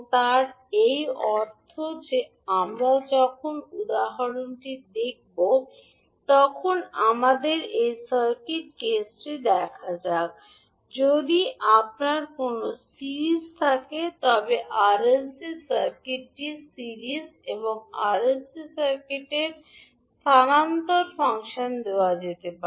তাই এর অর্থ কী যে আমরা যখন উদাহরণটি দেখব তখন আমাদের এই নির্দিষ্ট কেসটি দেখা যাক যদি আপনার কোনও সিরিজ থাকে তবে আরএলসি সার্কিটটি সিরিজ আরএলসি সার্কিটের স্থানান্তর ফাংশন দেওয়া যেতে পারে